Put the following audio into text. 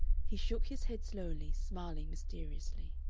he shook his head slowly, smiling mysteriously.